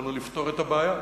יכולנו לפתור את הבעיה.